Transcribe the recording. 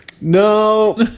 No